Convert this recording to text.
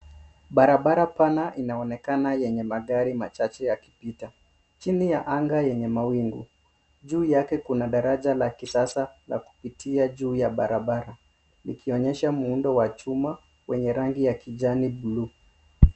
Barabara pana inaonekana yenye magari machache yakipita chini ya anga yenye mawingu. Juu yake kuna daraja la kisasa la kupitia juu ya barabara likionyesha muundo wa chuma kwenye rangi ya kijani buluu.